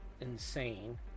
insane